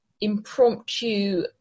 impromptu